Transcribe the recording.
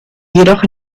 jedoch